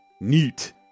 Neat